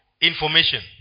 information